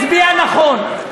מצביע נכון.